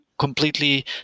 completely